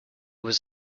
was